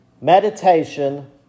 Meditation